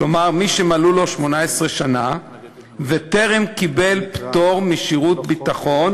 כלומר מי שמלאו לו 18 שנה וטרם קיבל פטור משירות ביטחון